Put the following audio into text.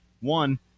One